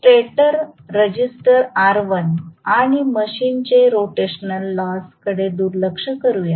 stator register R1 आणि मशीनचे rotational loss कडे दुर्लक्ष करूया